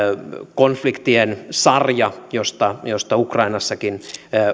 konfliktien sarja josta josta ukrainassakin